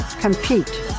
compete